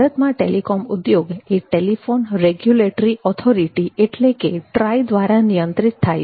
ભારતમાં ટેલિકોમ ઉદ્યોગ એ ટેલિફોન રેગ્યુલેટરી ઓથોરિટી એટલે કે TRAI દ્વારા નિયંત્રિત થાય છે